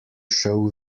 šel